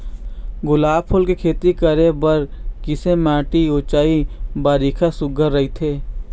गुलाब फूल के खेती करे बर किसे माटी ऊंचाई बारिखा सुघ्घर राइथे?